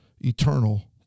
eternal